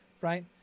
right